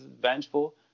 vengeful